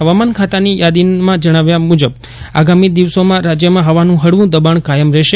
હવામાન ખાતાની યાદીના જણાવ્યા મુજબ આગામી દિવસોમાં રાજયમાં હવાનું હળવું દબાણ કાયમ રહેશે